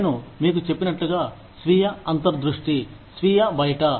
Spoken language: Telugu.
నేను మీకు చెప్పినట్లుగాస్వీయ అంతర్దృష్టి స్వీయ బయట